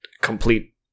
complete